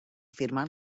afirmar